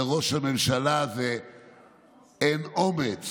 לראש הממשלה הזה אין אומץ